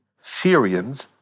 Syrians